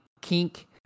kink